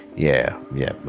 yeah, yeah,